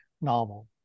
novel